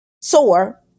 sore